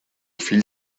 fill